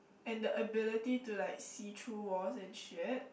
and the ability to like see through walls and sheet